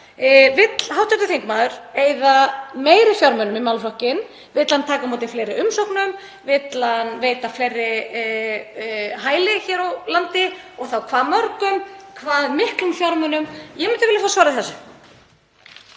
Vill hv. þingmaður eyða meiri fjármunum í málaflokkinn? Vill hann taka á móti fleiri umsóknum? Vill hann veita fleirum hæli hér á landi og þá hve mörgum? Hve miklum fjármunum? Ég myndi vilja fá svör við þessu.